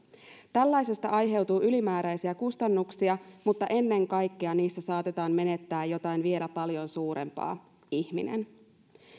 tällaisesta aiheutuu ylimääräisiä kustannuksia mutta ennen kaikkea niissä saatetaan menettää jotain vielä paljon suurempaa ihminen